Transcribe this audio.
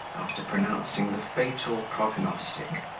after pronouncing the fatal prognostic,